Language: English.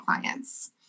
clients